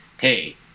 hey